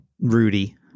Rudy